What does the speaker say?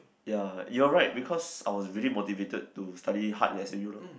ya you're right because I was really motivated to study hard in s_m_u lor